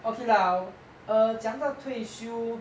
okay lah 讲到退休